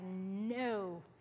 no